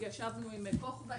ישבנו עם כוכבא,